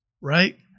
right